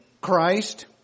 Christ